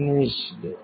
1419 finished